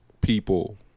people